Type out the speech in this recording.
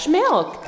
milk